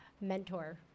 mentor